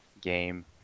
game